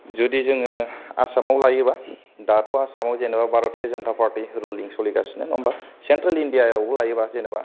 जुदि जोङो आसामाव लायोबा दाथ' आसामाव जेनेबा भारत जनता पारटि सोलिगासिनो नङा होनबा सेन्ट्रेल इण्डियाबो लायोबा जेनेबा